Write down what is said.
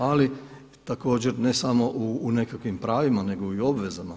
Ali također ne samo u nekakvim pravima nego i u obvezama.